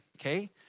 okay